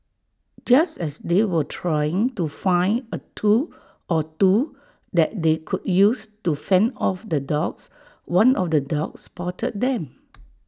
just as they were trying to find A tool or two that they could use to fend off the dogs one of the dogs spotted them